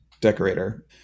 decorator